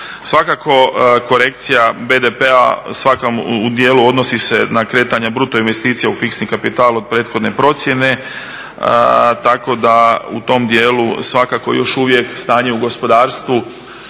Svakako korekcija BDP-a u dijelu odnose se na kretanja bruto investicija u fiksni kapital od prethodne procjene, tako da u tom dijelu svakako još uvijek tanje u gospodarstvu